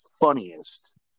funniest